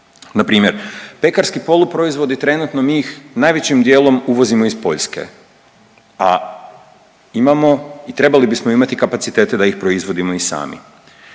Na primjer pekarski poluproizvodi trenutno mi ih najvećim dijelom uvozimo iz Poljske, a imamo i trebali bismo imati kapacitete da ih proizvodimo i sami.